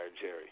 Jerry